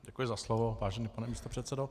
Děkuji za slovo, vážený pane místopředsedo.